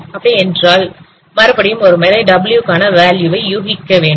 அப்படி என்றால் மறுபடியும் ஒருமுறை w கான வேல்யூ யூகிக்க வேண்டும்